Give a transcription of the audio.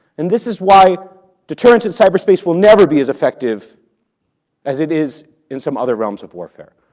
and this is why deterrence in cyberspace will never be as effective as it is in some other realms of warfare,